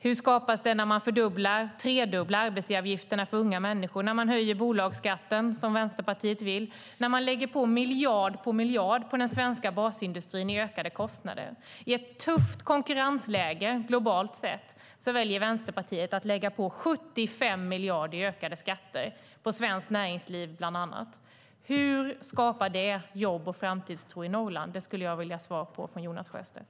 Hur skapas det jobb och framtidstro när man tredubblar arbetsgivaravgifterna för unga människor, när man höjer bolagsskatten - som Vänsterpartiet vill - och när man lägger på miljard efter miljard på den svenska basindustrin i ökade kostnader? I ett tufft globalt konkurrensläge väljer Vänsterpartiet att lägga på 75 miljarder i ökade skatter på bland annat svenskt näringsliv. Hur skapar det jobb och framtidstro i Norrland? Den frågan skulle jag vilja ha svar på från Jonas Sjöstedt.